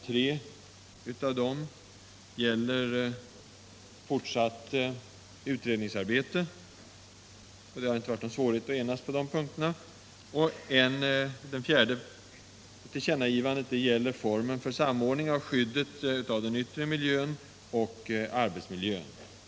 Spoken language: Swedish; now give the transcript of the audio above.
Tre av dem gäller fortsatt utredningsarbete, och det har inte varit någon svårighet att enas om de punkterna. Den fjärde gäller formen för samordningen av skyddet av den yttre miljön och arbetsmiljön.